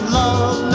love